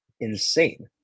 insane